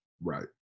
Right